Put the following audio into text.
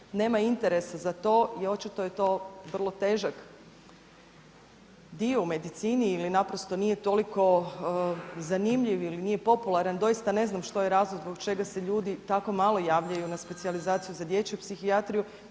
Nema interesa za to i očito je to vrlo težak dio u medicini ili naprosto nije toliko zanimljiv ili nije popularan, doista ne znam što je razlog zbog čega se ljudi tako malo javljaju na specijalizaciju za dječju psihijatriju